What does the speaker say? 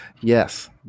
Yes